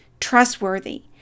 trustworthy